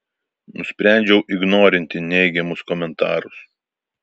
nusprendžiau ignorinti neigiamus komentarus